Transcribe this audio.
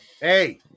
Hey